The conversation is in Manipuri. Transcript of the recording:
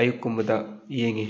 ꯑꯌꯨꯛꯀꯨꯝꯕꯗ ꯌꯦꯡꯉꯤ